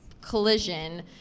collision